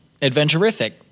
Adventurific